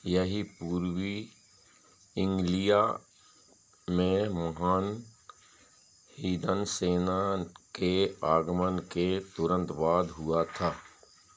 यही पूर्वी एन्ग्लिया में महान हीदन सेना के आगमन के तुरन्त बाद हुआ था